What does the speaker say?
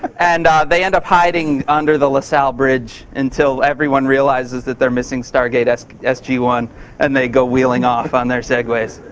and they end up hiding under the lasalle bridge until everyone realizes that they're missing stargate ah sg-one. and they go wheeling off on their segways.